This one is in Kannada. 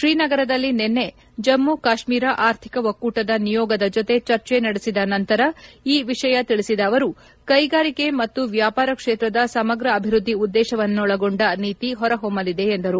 ಶ್ರೀನಗರದಲ್ಲಿ ನಿನ್ನೆ ಜಮ್ಮ ಕಾಶ್ಮೀರ ಆರ್ಥಿಕ ಒಕ್ಕೂಟದ ನಿಯೋಗದ ಜೊತೆ ಚರ್ಜೆ ನಡೆಸಿದ ನಂತರ ಈ ವಿಷಯ ತಿಳಿಸಿದ ಅವರು ಕೈಗಾರಿಕೆ ಮತ್ತು ವ್ಯಾಪಾರ ಕ್ಷೇತ್ರದ ಸಮಗ್ರ ಅಭಿವೃದ್ದಿ ಉದ್ದೇಶವನ್ನೊಳಗೊಂಡ ನೀತಿ ಹೊರಹೊಮ್ಬಲಿದೆ ಎಂದರು